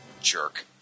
jerk